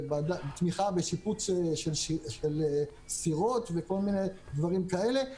תמיכה בשיפוץ של סירות וכל מיני דברים כאלה.